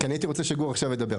כי אני הייתי רוצה שגור עכשיו ידבר.